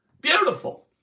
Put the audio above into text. Beautiful